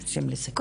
תודה.